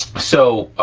so